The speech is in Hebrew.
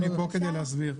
אני פה כדי להסביר.